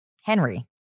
Henry